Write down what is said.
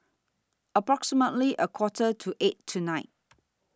approximately A Quarter to eight tonight